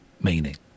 meaning